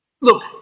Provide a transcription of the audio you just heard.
Look